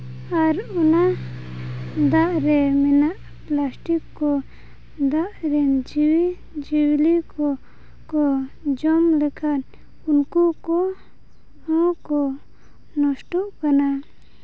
ᱟᱨ ᱚᱱᱟ ᱫᱟᱜ ᱨᱮ ᱢᱮᱱᱟᱜ ᱯᱞᱟᱥᱴᱤᱠ ᱠᱚ ᱫᱟᱜ ᱨᱮᱱ ᱡᱤᱣᱤ ᱡᱤᱭᱟᱹᱞᱤ ᱠᱚ ᱡᱚᱢ ᱞᱮᱠᱷᱟᱱ ᱩᱱᱠᱩ ᱠᱚ ᱠᱚᱦᱚᱸ ᱠᱚ ᱱᱚᱥᱴᱚᱜ ᱠᱟᱱᱟ